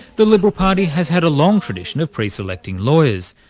the liberal party has had a long tradition of preselecting lawyers,